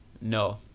No